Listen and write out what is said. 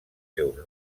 seus